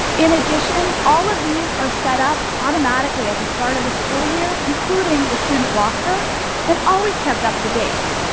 in addition, all of these are set up automatically at the start of a school year including the student roster and always kept up to date.